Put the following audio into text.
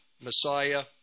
Messiah